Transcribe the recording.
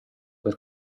per